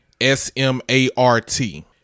S-M-A-R-T